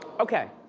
okay.